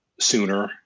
sooner